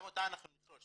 גם אותה אנחנו נכלול,